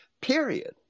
period